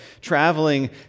traveling